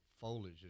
foliage